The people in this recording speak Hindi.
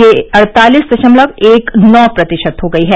यह अड़तालीस दशमलव एक नौ प्रतिशत हो गई है